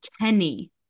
Kenny